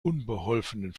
unbeholfenen